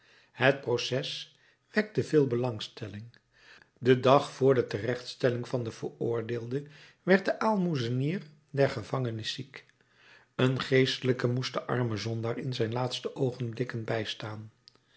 het proces wekte veel belangstelling den dag vr de terechtstelling van den veroordeelde werd de aalmoezenier der gevangenis ziek een geestelijke moest den armen zondaar in zijn laatste oogenblikken bijstaan